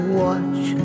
watch